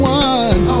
one